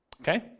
Okay